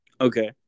Okay